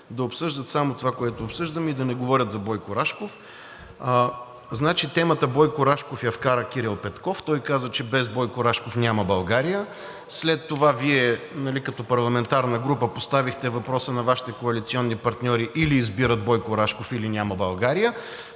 да обсъждат само това, което обсъждаме, и да не говорят за Бойко Рашков. Значи, темата „Бойко Рашков“ я вкара Кирил Петков. Той каза, че без Бойко Рашков няма България, след това Вие като парламентарна група поставихте въпроса на Вашите коалиционни партньори – или избират Бойко Рашков, или няма България.